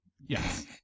Yes